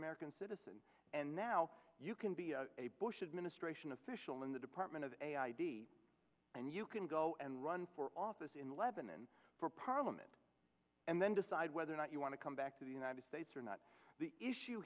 american citizen and now you can be a bush administration official in the department of a and you can go and run for office in lebanon for parliament and then decide whether or not you want to come back to the united states are not the issue